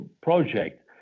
project